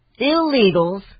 Illegals